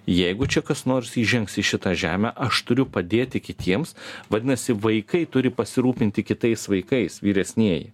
jeigu čia kas nors įžengs į šitą žemę aš turiu padėti kitiems vadinasi vaikai turi pasirūpinti kitais vaikais vyresnieji